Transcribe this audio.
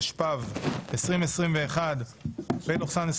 התשפ"ב-2022 (פ/3660/24),